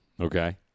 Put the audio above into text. Okay